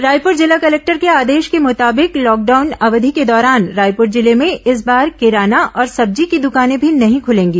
रायपुर जिला कलेक्टर के आदेश के मुताबिक लॉकडाउन अवधि के दौरान रायपुर जिले में इस बार किराना और सब्जी की दुकाने भी नहीं खूलेंगी